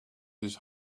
his